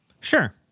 Sure